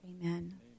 Amen